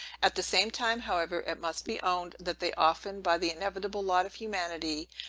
at the same time, however, it must be owned, that they often by the inevitable lot of humanity,